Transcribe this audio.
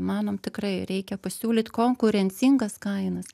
manom tikrai reikia pasiūlyt konkurencingas kainas